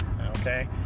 okay